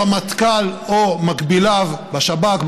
הרמטכ"ל או מקביליו בשב"כ,